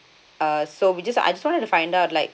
uh so we just I just want to find out like